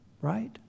right